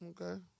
Okay